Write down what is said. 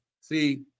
See